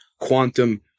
quantum